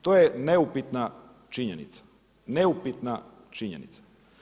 To je neupitna činjenica, neupitna činjenica.